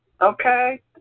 Okay